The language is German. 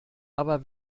aber